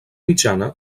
mitjana